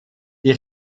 die